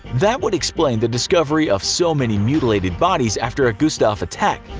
that would explain the discovery of so many mutilated bodies after a gustave attack.